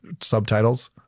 subtitles